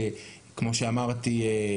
כמו שאמרתי,